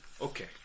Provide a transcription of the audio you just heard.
Okay